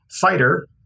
Fighter